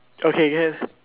okay can